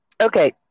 Okay